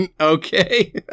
Okay